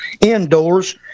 indoors